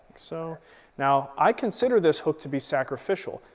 so now i consider this hook to be sacrificial.